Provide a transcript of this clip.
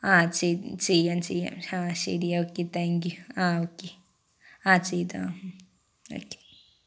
ആ ചെയ്യാം ചെയ്യാം ആ ശരി ഓക്കെ താങ്ക് യു ആ ഓക്കെ ആ ചെയ്തോളാം ഓക്കെ